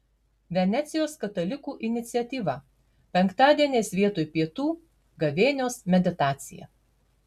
venecijos katalikų iniciatyva penktadieniais vietoj pietų gavėnios meditacija